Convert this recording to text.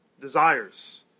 desires